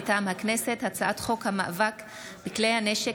מטעם הכנסת: הצעת חוק המאבק בכלי הנשק